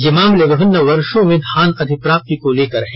ये मामले विभिन्न वर्षो में धान अधिप्राप्ति को लेकर है